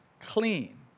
clean